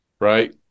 right